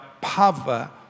power